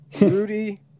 Rudy